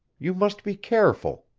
you must be careful.